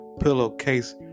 pillowcase